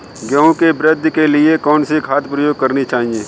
गेहूँ की वृद्धि के लिए कौनसी खाद प्रयोग करनी चाहिए?